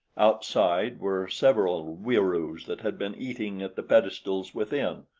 outside were several wieroos that had been eating at the pedestals within.